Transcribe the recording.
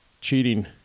cheating